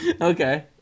Okay